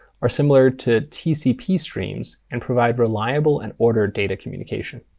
are similar to tcp streams and provide reliable and ordered data communication.